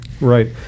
Right